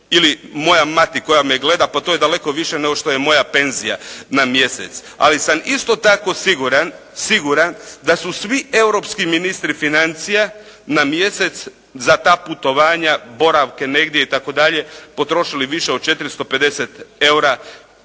ili moja mati koja me gleda pa to je daleko više nego što je moja penzija na mjesec, ali sam isto tako siguran da su svi europski ministri financija na mjesec za ta putovanja, boravke negdje itd. potrošili više od 450 eura